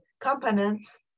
component's